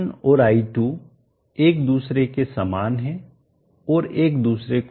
i1 और i2 एक दूसरे के समान हैं और एक दूसरे को रद्द करेंगे